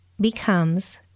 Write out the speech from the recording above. becomes